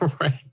Right